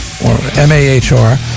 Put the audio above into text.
M-A-H-R